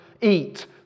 eat